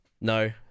No